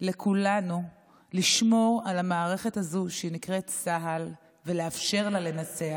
לכולנו לשמור על המערכת הזו שנקראת צה"ל ולאפשר לה לנצח,